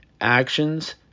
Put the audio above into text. Actions